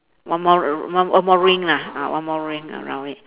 one more r~ more more ring lah ah one more ring around it